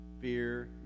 Fear